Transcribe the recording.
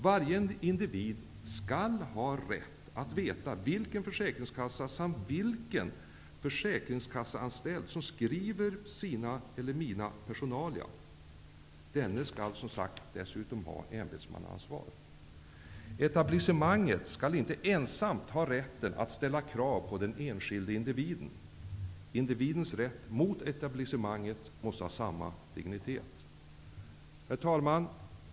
Varje individ skall ha rätt att veta vilken försäkringskassa samt vilken försäkringskasseanställd som skriver hans eller hennes personalia. Denne skall som sagt dessutom ha ämbetsmannaansvar. Etablissemanget skall inte ensamt ha rätten att ställa krav på den enskilda individen. Individens rätt mot etablissemanget måste ha samma dignitet. Herr talman!